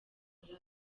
muri